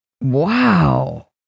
Wow